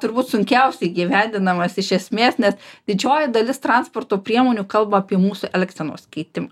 turbūt sunkiausiai įgyvendinamas iš esmės nes didžioji dalis transporto priemonių kalba apie mūsų elgsenos keitimą